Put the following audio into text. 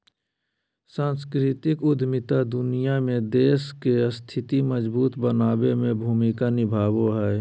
सांस्कृतिक उद्यमिता दुनिया में देश के स्थिति मजबूत बनाबे में भूमिका निभाबो हय